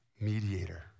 mediator